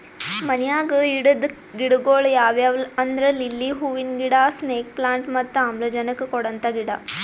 ಮನ್ಯಾಗ್ ಇಡದ್ ಗಿಡಗೊಳ್ ಯಾವ್ಯಾವ್ ಅಂದ್ರ ಲಿಲ್ಲಿ ಹೂವಿನ ಗಿಡ, ಸ್ನೇಕ್ ಪ್ಲಾಂಟ್ ಮತ್ತ್ ಆಮ್ಲಜನಕ್ ಕೊಡಂತ ಗಿಡ